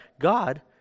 God